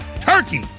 Turkey